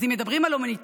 אז אם מדברים על הומניטרי,